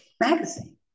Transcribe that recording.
magazine